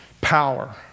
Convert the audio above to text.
power